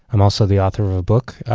i'm also the author of a book,